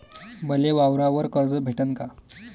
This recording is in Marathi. मले वावरावर कर्ज भेटन का?